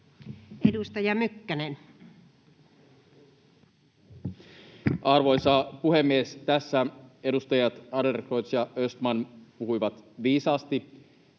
Edustaja Mykkänen. Arvoisa puhemies! Tässä edustajat Adlercreutz ja Östman puhuivat viisaasti